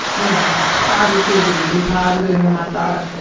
y'know, positivity be positive in my thoughts,